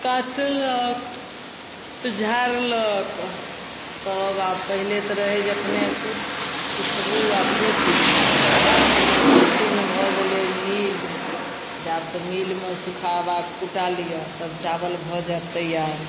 काटलक झाड़लक तब तऽ पहिले तऽ रहै जे अपने सुखबू आओर कुटू आब तऽ इएह ततेक ने भऽ गेलै मिल जे आब तऽ मिलमे सुखाबऽ कुटा लिअऽ तब चावल भऽ जाएत तैआर